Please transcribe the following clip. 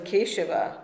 Keshava